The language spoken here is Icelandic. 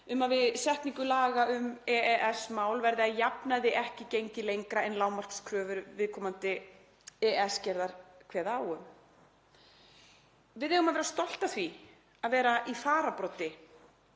um að við setningu laga um EES-mál verði að jafnaði ekki gengið lengra en lágmarkskröfur viðkomandi EES-gerðar kveða á um. Við eigum að vera stolt af því að vera í fararbroddi